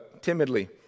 timidly